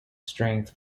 strength